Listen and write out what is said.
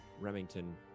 Remington